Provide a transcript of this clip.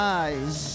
eyes